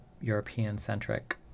European-centric